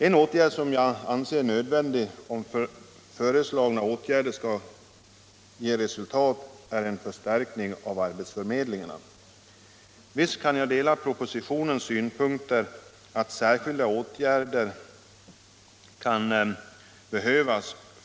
En åtgärd som jag anser är nödvändig, om föreslagna insatser skall ge resultat, är en förstärkning av arbetsförmedlingarna. Visst kan jag ansluta mig till propositionens synpunkter att särskilda åtgärder kan be hövas.